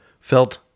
felt